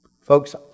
Folks